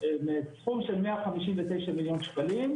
בסכום של 159 מיליון ₪,